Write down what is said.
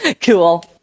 Cool